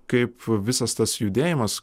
kaip visas tas judėjimas